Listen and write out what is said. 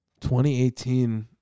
2018